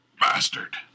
Bastard